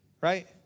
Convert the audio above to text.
right